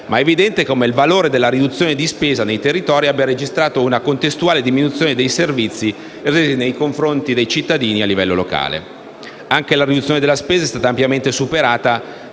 Ma è evidente come il valore della riduzione di spesa dei territori abbia registrato una contestuale diminuzione dei servizi resi nei confronti dei cittadini a livello locale. Anche la riduzione della spesa è stata ampiamente superata